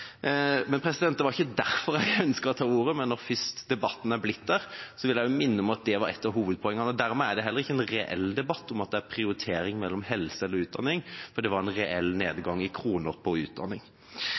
Det var ikke derfor jeg ønsket å ta ordet, men når først debatten er blitt slik, vil jeg minne om at det var et av hovedpoengene. Dermed er det heller ikke en reell debatt om at det er prioritering mellom helse og utdanning, for det var en reell nedgang i kroner når det gjelder utdanning.